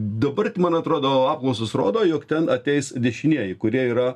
dabar man atrodo apklausos rodo jog ten ateis dešinieji kurie yra